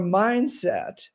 mindset